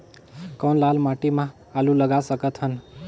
कौन लाल माटी म आलू लगा सकत हन?